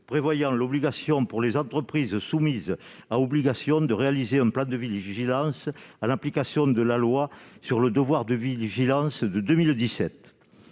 prévoyant l'obligation pour les entreprises soumises à obligation de réaliser un plat de vider vigilance à l'application de la loi sur le devoir de vigilance, de 2017,